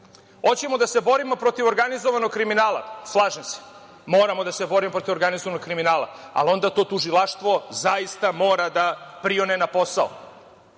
da se borimo protiv organizovanog kriminala. Slažem se. Moramo da se borimo protiv organizovanog kriminala, ali onda to tužilaštvo zaista mora da prione na posao.